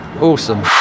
awesome